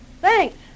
Thanks